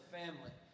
family